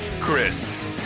chris